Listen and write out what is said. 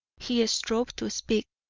he strove to speak,